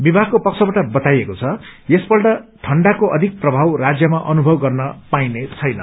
विभागको पक्षवाट बताइएको छ यसपल्ट ठण्डाका अधिक प्रभाव राज्यमा अनुभव गर्न पाइने छैन